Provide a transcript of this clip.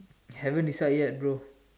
haven't decide yet bro